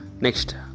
next